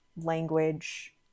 language